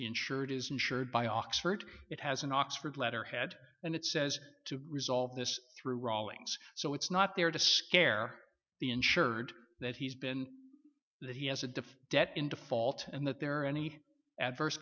insured is insured by oxford it has an oxford letterhead and it says to resolve this through rawlings so it's not there to scare the insured that he's been that he has a diff debt in default and that there are any adverse